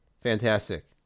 fantastic